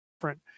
different